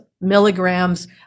milligrams